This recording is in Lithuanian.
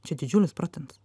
čia didžiulis procentas